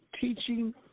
teaching